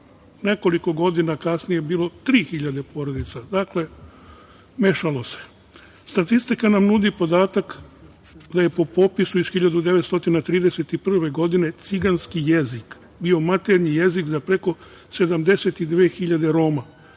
nekoliko godina kasnije bilo 3.000 porodica. Dakle, mešalo se. Statistika nam nudi podatak da je po popisu iz 1931. godine ciganski jezik bio maternji jezik za preko 72.000 Roma.